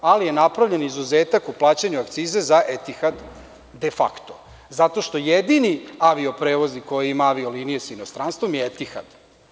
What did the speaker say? Ali, napravljen je izuzetak u plaćanju akciza za „Etihad“, de fakto zato što jedini avioprevoznik koji ima avio-linije sa inostranstvom je „Etihad“, tj. „Er Srbija“